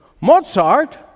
Mozart